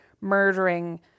murdering